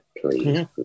please